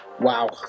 Wow